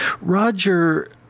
Roger